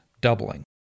doubling